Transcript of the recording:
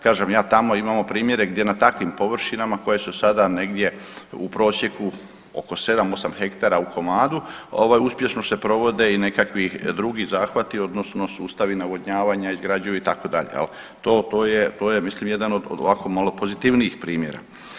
Kažem ja tamo imamo primjere gdje na takvim površinama koje su sada negdje u prosjeku oko 7-8 hektara u komadu ovaj uspješno se provode i nekakvi drugi zahvati odnosno sustavi navodnjavanja izgrađuju itd. to, to je mislim jedan od ovako malo pozitivnijih primjera.